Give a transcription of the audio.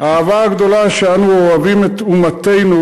"האהבה הגדולה שאנו אוהבים את אומתנו